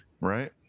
right